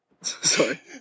Sorry